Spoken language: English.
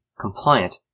compliant